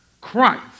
Christ